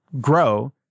grow